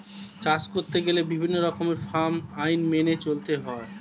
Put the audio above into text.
চাষ করতে গেলে বিভিন্ন রকমের ফার্ম আইন মেনে চলতে হয়